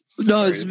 No